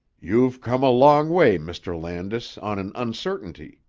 you've come a long way, mr. landis, on an uncertainty.